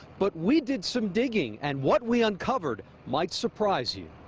but we did some digging and what we uncovered might surprise you.